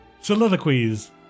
soliloquies